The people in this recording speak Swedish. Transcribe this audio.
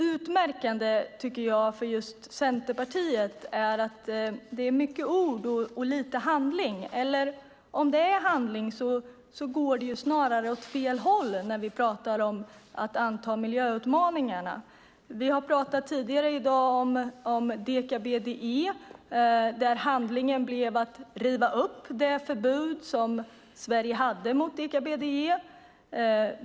Utmärkande för just Centerpartiet är att det är mycket ord och lite handling. Och om det är handling går det snarare åt fel håll när vi talar om att anta miljöutmaningarna. Vi har tidigare i dag talat om deka-BDE där handlingen blev att riva upp det förbud som Sverige hade mot deka-BDE.